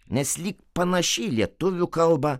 nes lyg panaši į lietuvių kalbą